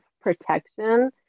protection